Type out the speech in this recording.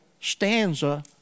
stanza